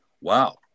wow